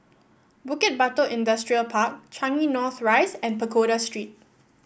Bukit Batok Industrial Park Changi North Rise and Pagoda Street